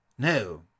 No